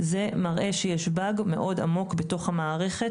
זה מראה שיש "באג" מאוד עמוק בתוך המערכת